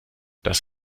das